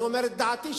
אני אומר את דעתי,